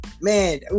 Man